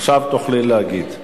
עכשיו תוכלי להגיד.